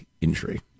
injury